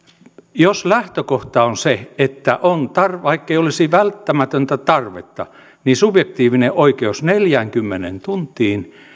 jos lähtökohta on se että vaikka ei olisi välttämätöntä tarvetta niin on subjektiivinen oikeus neljäänkymmeneen tuntiin